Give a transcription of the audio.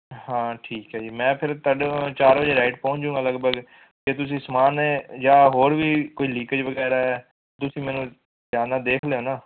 ਹਾਂ ਠੀਕ ਹੈ ਜੀ ਮੈਂ ਫਿਰ ਤੁਹਾਡੇ ਕੋਲ ਚਾਰ ਵਜੇ ਰਾਈਟ ਪਹੁੰਚ ਜੂੰਗਾ ਲਗਭਗ ਅਤੇ ਤੁਸੀਂ ਸਮਾਨ ਜਾਂ ਹੋਰ ਵੀ ਕੋਈ ਲੀਕੇਜ ਵਗੈਰਾ ਹੈ ਤੁਸੀਂ ਮੈਨੂੰ ਧਿਆਨ ਨਾਲ ਦੇਖ ਲੈਣਾ